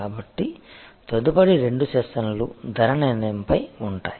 కాబట్టి తదుపరి రెండు సెషన్లు ధర నిర్ణయంపై ఉంటాయి